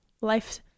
life